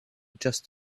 just